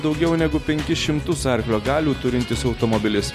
daugiau negu penkis šimtus arklio galių turintis automobilis